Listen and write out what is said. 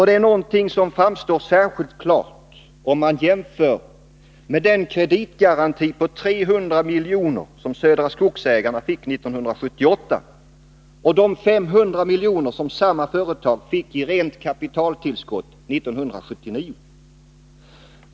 Det är något som framstår särskilt klart om man jämför med den kreditgaranti på 300 miljoner som Södra Skogsägarna fick 1978 och de 500 miljoner som samma företag fick i rent kapitaltillskott 1979.